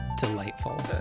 delightful